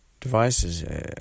devices